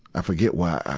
i forgot why